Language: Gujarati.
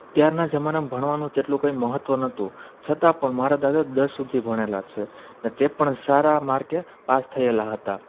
ત્યારનાં જમાનામાં ભણવાનું તેટલું કંઇ મહત્વ નહોતું છતાં પણ મારા દાદા દસ સુધી ભણેલા છે ને તે પણ સારા માર્કે પાસ થયેલા હતા